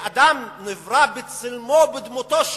שאדם נברא בצלמו ובדמותו,